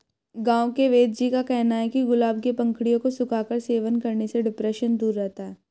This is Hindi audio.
गांव के वेदजी का कहना है कि गुलाब के पंखुड़ियों को सुखाकर सेवन करने से डिप्रेशन दूर रहता है